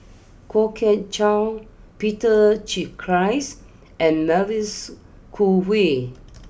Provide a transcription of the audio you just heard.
Kwok Kian Chow Peter Gilchrist and Mavis Khoo Oei